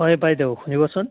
হয় বাইদেউ শুনিবচোন